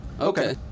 Okay